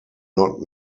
not